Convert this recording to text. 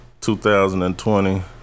2020